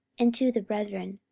and to the brethren.